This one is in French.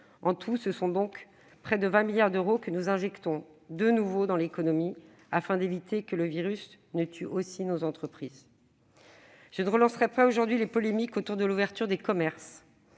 En tout, ce sont donc près de 20 milliards d'euros que nous injectons de nouveau dans l'économie afin d'éviter que le virus ne tue aussi nos entreprises Je ne relancerai pas aujourd'hui les polémiques sur l'ouverture des commerces.